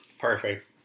Perfect